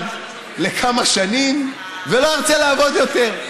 לתאילנד לכמה שנים ולא ירצה לעבוד יותר.